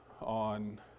on